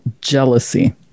jealousy